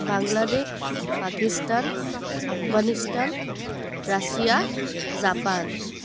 Bangladesh Pakistan Afghanistan Russia Japan